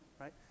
right